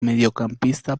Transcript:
mediocampista